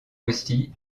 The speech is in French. aussi